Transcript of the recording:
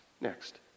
next